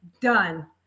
Done